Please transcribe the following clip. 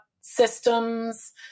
systems